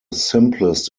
simplest